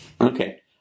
Okay